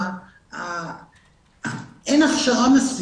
אין הכשרה,